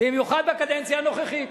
בקדנציה הנוכחית?